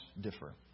differ